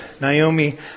Naomi